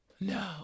No